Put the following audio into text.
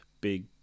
big